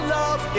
love